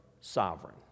sovereign